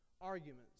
arguments